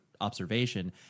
observation